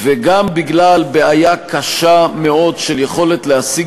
וגם בגלל בעיה קשה מאוד של יכולת להשיג